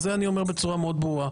זה אני אומר בצורה מאוד ברורה.